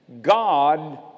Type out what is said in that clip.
God